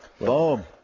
Boom